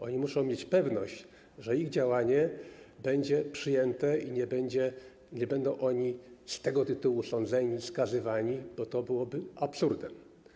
Oni muszą mieć pewność, że ich działanie będzie przyjęte i że nie będą z tego tytułu sądzeni, skazywani, bo to byłoby absurdem.